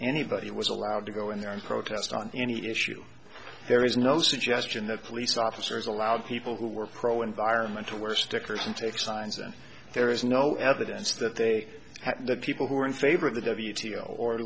anybody was allowed to go in there and protest on any issue there is no suggestion that police officers allowed people who were pro environment to wear stickers and take signs and there is no evidence that they had the people who are in favor of the